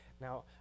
now